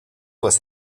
was